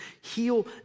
heal